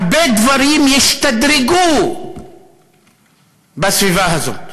הרבה דברים ישתדרגו בסביבה הזאת.